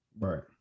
right